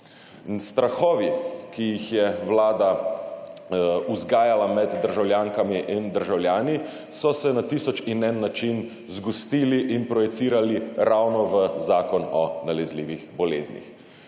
strahovi, ki jih je vlada vzgajala med državljankami in državljani, so se na tisoč in en način zgostili in projicirali ravno v Zakon o nalezljivih boleznih,